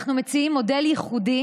אנחנו מציעים מודל ייחודי